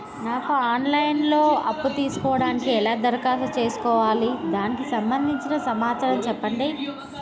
నాకు online లో అప్పు తీసుకోవడానికి ఎలా దరఖాస్తు చేసుకోవాలి దానికి సంబంధించిన సమాచారం చెప్పండి?